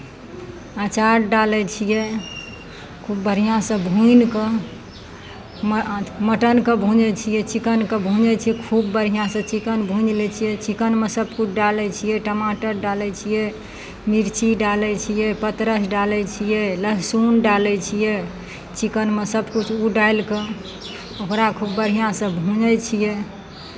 अँचार डालै छियै खूब बढ़िआँसँ भूनि कऽ म मटनकेँ भूजैत छियै चिकनकेँ भूजै छियै खूब बढ़िआँसँ चिकन भूजि लै छियै चिकनमे सभकिछु डालै छियै टमाटर डालै छियै मिरची डालै छियै पतरस डालै छियै लहसुन डालै छियै चिकनमे सभकिछु ओ डालि कऽ ओकरा खूब बढ़िआँसँ भूजै छियै